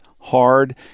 hard